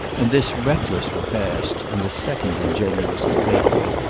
and this reckless repast, and the second ingenuous compatriot,